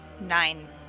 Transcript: Nine